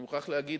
אני מוכרח להגיד,